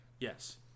Yes